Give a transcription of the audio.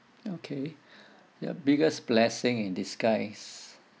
okay your biggest blessing in disguise